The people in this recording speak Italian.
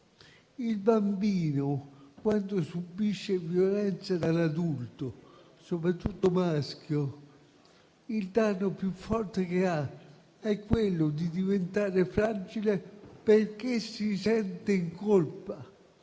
un bambino subisce violenza da un adulto, soprattutto maschio, il danno più forte che riceve è quello di diventare fragile, perché si sente in colpa.